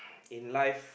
in life